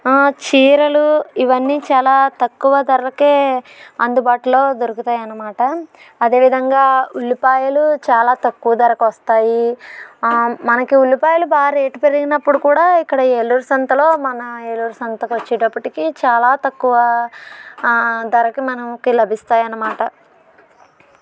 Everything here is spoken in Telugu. చీరలు ఇవన్నీ చాలా తక్కువ ధరకే అందుబాటులో దొరుకుతాయి అన్నమాట అదే విధంగా ఉల్లిపాయలు చాలా తక్కువ ధరకు వస్తాయి మనకి ఉల్లిపాయలు బాగా రేటు పెరిగినప్పుడు కూడా ఇక్కడ ఏలూరు సంతలో మన ఏలూరు సంతకి వచ్చేటప్పటికి చాలా తక్కువ ధరకు మనకి లభిస్తాయి అన్నమాట